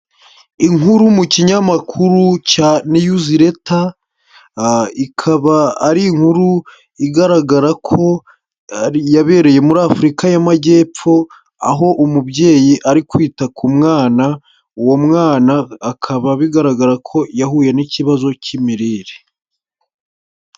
Inkuru mu kinyamakuru cya newsletter, ikaba ari inkuru igaragara ko yabereye muri Afurika y'amajyepfo, aho umubyeyi ari kwita ku mwana, uwo mwana akaba bigaragara ko yahuye n'ikibazo cy'imirire.